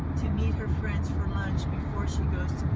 to meet her friends for lunch before she goes